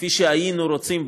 כפי שהיינו רוצים,